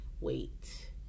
wait